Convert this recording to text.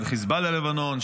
של חיזבאללה לבנון,